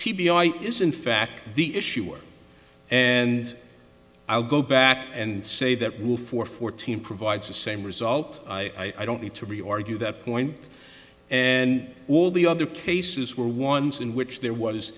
t b i is in fact the issuer and i'll go back and say that will for fourteen provides the same result i don't need to re argue that point and all the other cases were ones in which there was